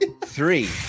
Three